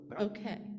okay